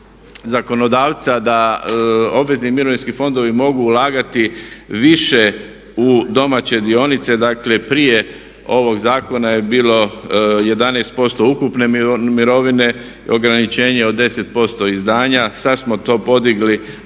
zakonodavca da obvezni mirovinski fondovi mogu ulagati više u domaće dionice, dakle prije ovog zakona je bilo 11% ukupne mirovine ograničenje od 10% izdanja, sad smo to podigli